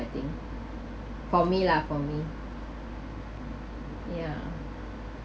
I think for me lah for me yeah